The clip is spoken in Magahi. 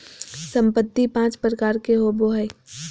संपत्ति पांच प्रकार के होबो हइ